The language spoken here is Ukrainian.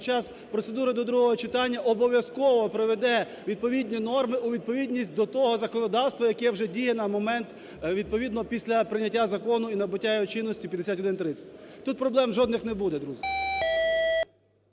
час процедури до другого читання обов'язково приведе відповідні норми у відповідність до того законодавства, яке вже діє на момент, відповідно, після прийняття закону і набуття його чинності 5130. Тут проблем жодних не буде, друзі.